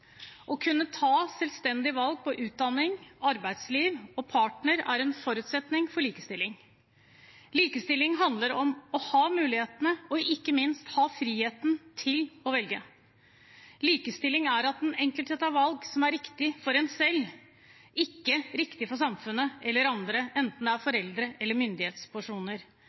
Å kunne ta selvstendig valg når det gjelder utdanning, arbeidsliv og partner, er en forutsetning for likestilling. Likestilling handler om å ha mulighetene, og ikke minst å ha friheten, til å velge. Likestilling er at den enkelte tar valg som er riktig for en selv, ikke for samfunnet eller andre – enten det er foreldre eller myndighetspersoner.